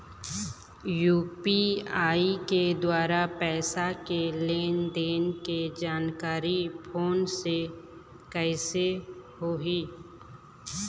UPI के द्वारा पैसा के लेन देन के जानकारी फोन से कइसे होही?